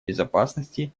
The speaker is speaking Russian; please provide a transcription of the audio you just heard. безопасности